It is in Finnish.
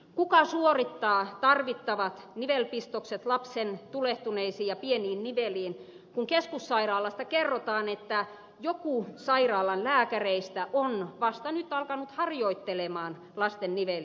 kuka suorittaa tarvittavat nivelpistokset lapsen tulehtuneisiin ja pieniin niveliin kun keskussairaalasta kerrotaan että joku sairaalan lääkäreistä on vasta nyt alkanut harjoitella lasten niveliin pistämistä